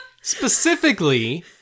Specifically